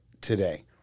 today